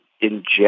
inject